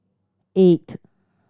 eight